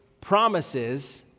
promises